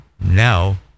Now